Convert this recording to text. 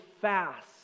fast